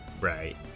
Right